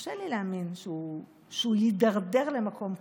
קשה לי להאמין שהוא יידרדר למקום כזה.